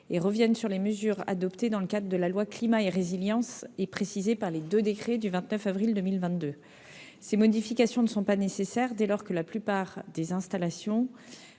à revenir sur les mesures adoptées dans le cadre de la loi Climat et résilience et précisées par les deux décrets du 29 avril 2022. Ces modifications ne sont pas nécessaires, dès lors que la plupart des installations